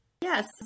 Yes